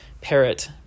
Parrot